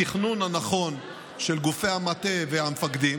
התכנון הנכון של גופי המטה והמפקדים,